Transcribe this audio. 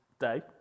day